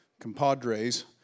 compadres